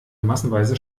massenweise